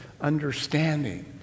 understanding